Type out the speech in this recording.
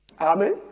Amen